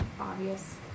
obvious